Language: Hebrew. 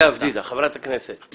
חברת הכנסת לאה פדידה.